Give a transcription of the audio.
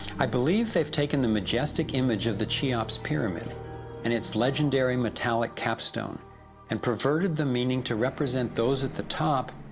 i believe they've taken the majestic image of the cheops pyramid and it's legendary metallic capstone and perverted the meaning, to represent those at the top,